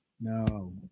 No